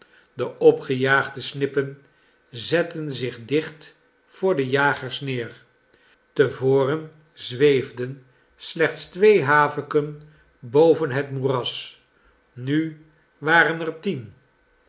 de opgejaagde snippen zetten zich dicht voor de jagers neer te voren zweefden slechts twee haviken boven hot moeras en nu waren er tien